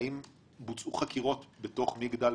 בוצעו חקירות בתוך מגדל,